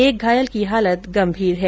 एक घायल की हालत गम्भीर है